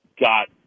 got